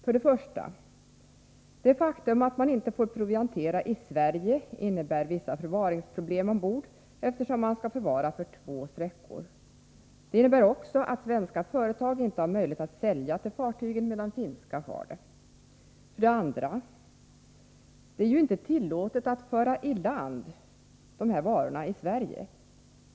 För det första: Det faktum att man inte får proviantera i Sverige innebär vissa förvaringsproblem ombord, eftersom man skall förvara för två sträckor. Det innebär också att svenska företag inte har möjlighet att sälja till fartygen, medan finska har det. För det andra: Det är ju inte tillåtet att föra i land dessa varor i Sverige.